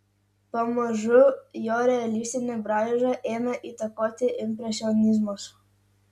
pamažu jo realistinį braižą ėmė įtakoti impresionizmas